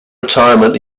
retirement